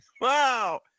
Wow